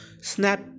snap